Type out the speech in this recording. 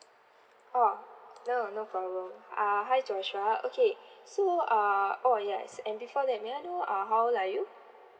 orh no no problem uh hi joshua okay so uh oh yes and before that may I know uh how old are you